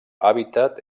hàbitat